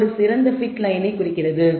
இது சிறந்த fit லயனை குறிக்கிறது